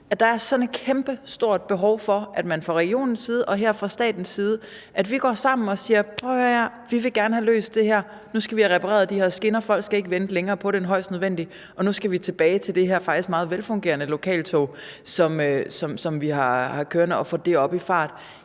der er et kæmpestort behov for, at man fra regionens side og her fra statens side går sammen og siger: Prøv at høre her, vi vil gerne have løst det her. Nu skal vi have repareret de her skinner, folk skal ikke vente længere på det end højst nødvendigt, og nu skal vi tilbage til det her faktisk meget velfungerende lokaltog, som vi har kørende, og få det op i fart.